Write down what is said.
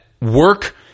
work